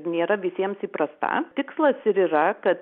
nėra visiems įprasta tikslas ir yra kad